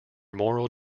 moral